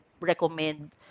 recommend